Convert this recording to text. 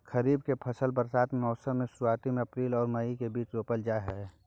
खरीफ के फसल बरसात के मौसम के शुरुआती में अप्रैल आर मई के बीच रोपल जाय हय